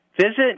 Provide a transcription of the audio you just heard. Visit